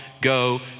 go